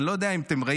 אני לא יודע אם ראיתם,